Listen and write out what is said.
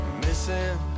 missing